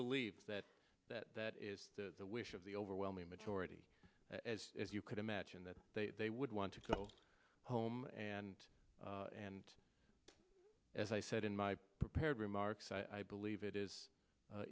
believe that that that is the wish the overwhelming majority as if you could imagine that they they would want to go home and and as i said in my prepared remarks i believe it is